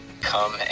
come